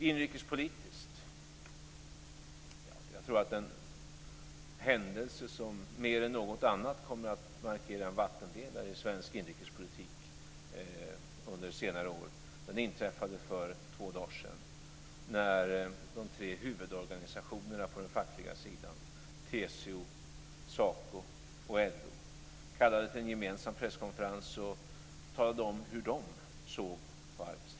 Inrikespolitiskt tror jag att den händelse som mer än något annat kommer att markera vattendelare i svensk inrikespolitik under senare år inträffade för två dagar sedan, när de tre huvudorganisationerna på den fackliga sidan, TCO, SACO och LO, kallade till en gemensam presskonferens och talade om hur de såg på arbetstiderna.